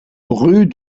rue